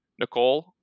Nicole